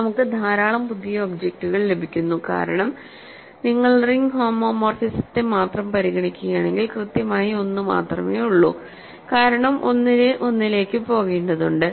നമുക്ക് ധാരാളം പുതിയ ഒബ്ജക്റ്റുകൾ ലഭിക്കുന്നു കാരണം നിങ്ങൾ റിംഗ് ഹോമോമോർഫിസത്തെ മാത്രം പരിഗണിക്കുകയാണെങ്കിൽ കൃത്യമായി 1മാത്രമേ ഉള്ളൂ കാരണം 1ന് 1 ലേക്ക് പോകേണ്ടതുണ്ട്